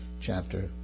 chapter